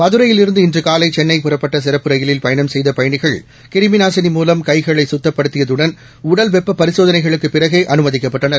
மதுரையிலிருந்து இன்று காலை சென்ளை புறப்பட்ட சிறப்பு ரயிலில் பயணம் செய்த பயணிகள் கிருமி நாசினி மூலம் கைகளை சுத்தப்படுத்தியதுடன் உடல் வெப்ப பரிசோதளைகளுக்குப் பிறகே அனுமதிக்கப்பட்டனர்